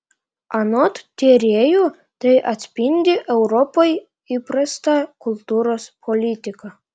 anot tyrėjų tai atspindi europai įprastą kultūros politiką